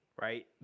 right